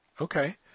Okay